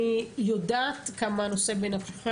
אני יודעת כמה הנושא בנפשך,